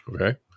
Okay